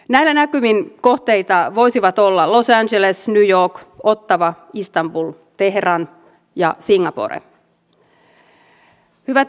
näillä näkymin kohteita voisivat olla los angeles new york ottawa istanbul teheran ja singapore